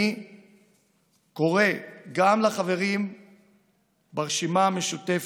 אני קורא גם לחברים ברשימה המשותפת,